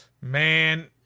Man